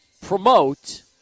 promote